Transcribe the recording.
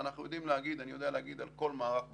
אני יודע להגיד על כל מערך בצבא,